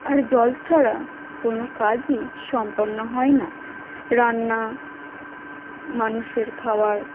আর জল ছাড়া কোনো কাজই সম্পন্ন হয় না রান্না মানুষের খাওয়ার